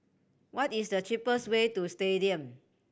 what is the cheapest way to Stadium